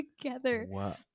together